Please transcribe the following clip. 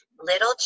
Little